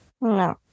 No